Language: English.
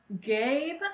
Gabe